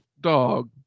dog